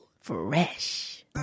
Fresh